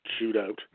shootout